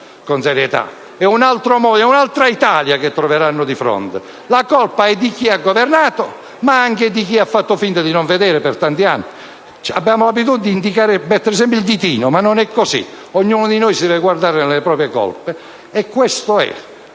con serietà. È un'altra Italia quella che si troveranno di fronte. La colpa è di chi ha governato, ma anche di chi ha fatto finta di non vedere per tanti anni. Abbiamo l'abitudine di puntare sempre il ditino, ma non è così: ognuno di noi deve guardare le proprie colpe. Questo è.